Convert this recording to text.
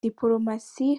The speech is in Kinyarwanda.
dipolomasi